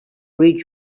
read